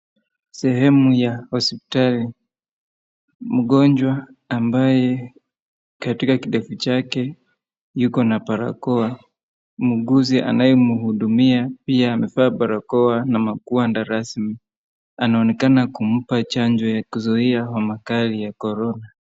Sehemu ya hospitali. Mgonjwa ambaye katika kidevu chake yuko na barakoa. Muuguzi anayemhudumia pia amevaa barakoa na magwada rasmi. Anaonekana kumpa chanjo ya kuzuia homa kali ya Corona.